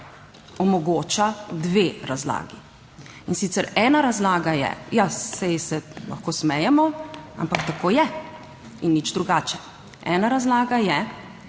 omogoča dve razlagi. In sicer ena razlaga je, ja, saj se lahko smejemo, ampak tako je in nič drugače. Ena razlaga je,